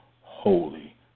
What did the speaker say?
holy